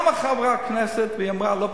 קמה חברת כנסת ואמרה,